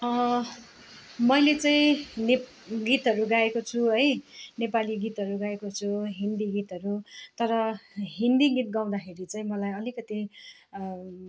मैले चाहिँ नेप गीतहरू गाएको छु है नेपाली गीतहरू गाएको छु हिन्दी गीतहरू तर हिन्दी गीत गाउँदाखेरि चाहिँ मलाई अलिकति